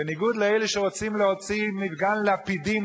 בניגוד לאלה שרוצים להוציא מפגן לפידים,